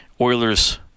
Oilers